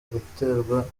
guterwa